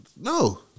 no